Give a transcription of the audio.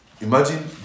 imagine